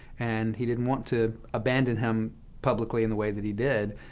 and he didn't want to abandon him publicly in the way that he did,